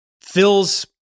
fills